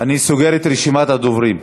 רשימת הדוברים.